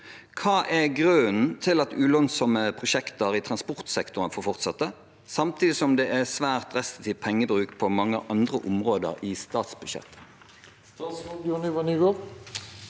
Hva er grunnen til at ulønnsomme prosjekter i transportsektoren får fortsette, samtidig som det er svært restriktiv pengebruk på mange andre områder i statsbudsjettet?»